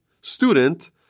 student